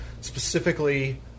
specifically